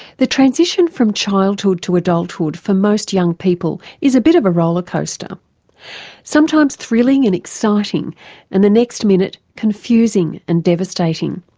the transition from childhood to adulthood for most young people is a bit of a roller coaster sometimes thrilling and exciting and the next minute confusing and devastating.